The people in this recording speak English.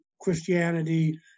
Christianity